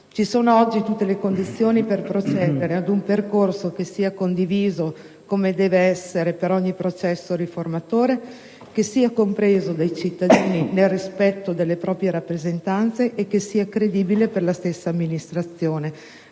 Ci sono oggi tutte le condizioni per procedere ad un percorso che sia condiviso, come deve essere ogni processo riformatore, che sia compreso dai cittadini nel rispetto delle proprie rappresentanze e che sia credibile per la stessa amministrazione,